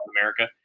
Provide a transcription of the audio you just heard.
America